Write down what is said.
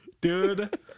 Dude